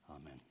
Amen